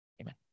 amen